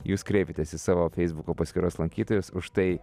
jūs kreipiatės į savo feisbuko paskyros lankytojus už tai